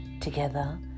Together